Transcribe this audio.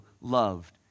loved